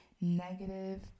negative